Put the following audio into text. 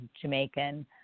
Jamaican